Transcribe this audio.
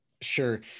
Sure